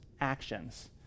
actions